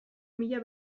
mila